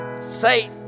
say